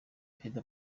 perezida